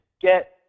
get